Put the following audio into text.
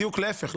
בדיוק להיפך.